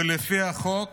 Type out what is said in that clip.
ולפי החוק